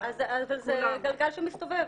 בסדר, אבל זה גלגל שמסתובב.